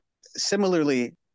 similarly